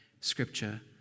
scripture